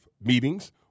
meetings